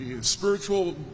spiritual